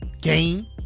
Game